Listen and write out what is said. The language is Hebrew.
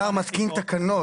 השר מתקין תקנות.